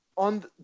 On